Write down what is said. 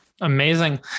Amazing